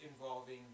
involving